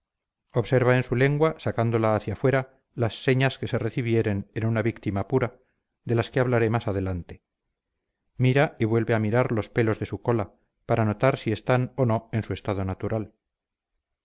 observa en su lengua sacándola hacia fuera las señas que se recibieren en una víctima pura de las que hablaré más adelante mira y vuelve a mirar los pelos de su cola para notar si están o no en su estado natural